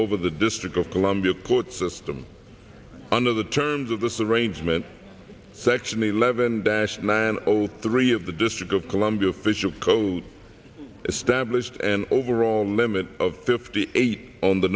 over the district of columbia court system under the terms of this arrangement section eleven dash nine all three of the district of columbia official code established an overall limit of fifty eight o